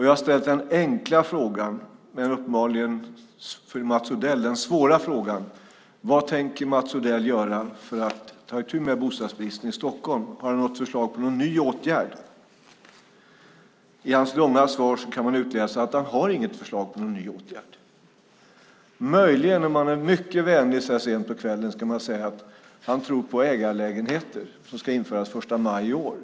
Jag har ställt den enkla - men för Mats Odell uppenbarligen svåra - frågan: Vad tänker Mats Odell göra för att ta itu med bostadsbristen i Stockholm? Har han något förslag på någon ny åtgärd? I hans långa svar kan man utläsa att han inte har något förslag på någon ny åtgärd. Möjligen kan man om man är mycket vänlig så här sent på kvällen säga att han tror på ägarlägenheter, som ska införas den 1 maj i år.